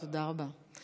תודה רבה.